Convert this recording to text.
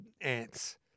Ants